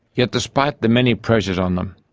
yet despite the many pressure on them,